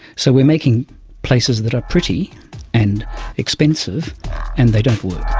so we are making places that are pretty and expensive and they don't work.